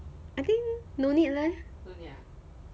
I think no need leh